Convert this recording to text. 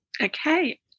Okay